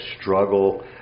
struggle